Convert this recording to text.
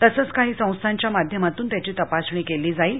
तसच काही संस्थाच्या माध्यमातून त्याची तपासणी केली जाईल